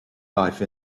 life